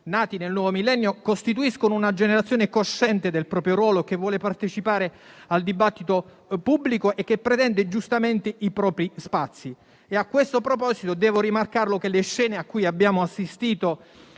nati nel nuovo millennio costituiscono una generazione cosciente del proprio ruolo e che vuole partecipare al dibattito pubblico, pretendendo giustamente i propri spazi. A questo proposito, devo rimarcare che le scene di forte